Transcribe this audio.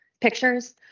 pictures